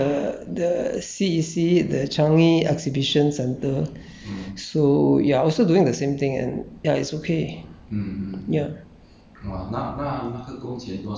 airport also doing swabbing ah not airport I mean the the C_E_C the changi exhibition centre so yeah also doing the same thing and yeah it's okay